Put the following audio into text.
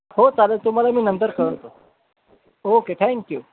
हो चालेल तुम्हाला मी नंतर कळवतो ओके थँक्यू